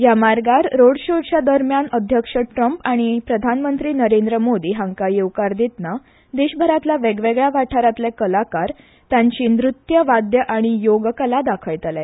ह्या मार्गार रोड शॉच्या दरम्यान ह्नअध्यक्ष ट्रंप आनी प्रधानमंत्री नरेंद्र मोदी हांकां येवकार दितना देशभरांतल्या वेगवेगळ्या वाठारांतले कलाकार तांची नृत्य वाद्य आनी योग कला दाखयतले